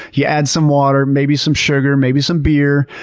you add some water, maybe some sugar, maybe some beer.